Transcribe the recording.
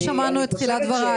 לא שמענו את תחילת דברייך.